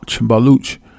Baluch